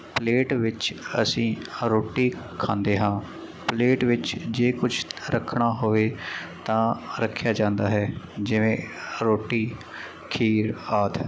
plate ਵਿੱਚ ਅਸੀਂ ਰੋਟੀ ਖਾਂਦੇ ਹਾਂ ਪਲੇਟ ਵਿੱਚ ਜੇ ਕੁਛ ਰੱਖਣਾ ਹੋਵੇ ਤਾਂ ਰੱਖਿਆ ਜਾਂਦਾ ਹੈ ਜਿਵੇਂ ਰੋਟੀ ਖੀਰ ਆਦਿ